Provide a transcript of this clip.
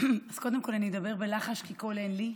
אז קודם כול אני אדבר בלחש כי קול אין לי,